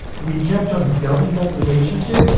we kept on building that relationship,